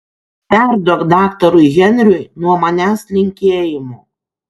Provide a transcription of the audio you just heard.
perduok daktarui henriui nuo manęs linkėjimų